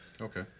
Okay